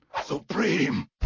supreme